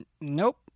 nope